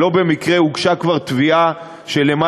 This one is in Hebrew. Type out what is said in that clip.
ולא במקרה הוגשה כבר תביעה של יותר